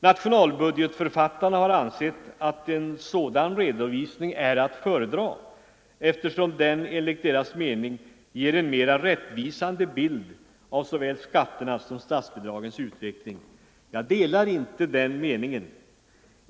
Nationalbudgetförfattarna har ansett att en sådan redovisning är att föredra, eftersom den enligt deras mening ger en mera rättvisande bild av såväl skatternas som statsbidragens utveckling. Jag delar inte den meningen.